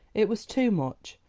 it was too much,